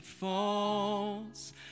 falls